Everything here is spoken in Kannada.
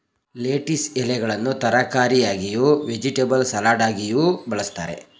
ಲೇಟೀಸ್ ಎಲೆಗಳನ್ನು ತರಕಾರಿಯಾಗಿಯೂ, ವೆಜಿಟೇಬಲ್ ಸಲಡಾಗಿಯೂ ಬಳ್ಸತ್ತರೆ